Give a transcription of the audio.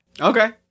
Okay